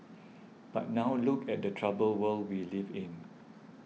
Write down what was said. but now look at the troubled world we live in